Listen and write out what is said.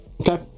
Okay